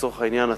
לצורך העניין,